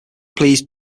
please